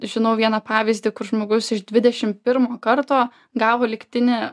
žinau vieną pavyzdį kur žmogus iš dvidešimt pirmo karto gavo lygtinį